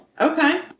Okay